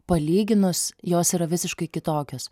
palyginus jos yra visiškai kitokios